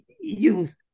youth